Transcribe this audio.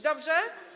Dobrze?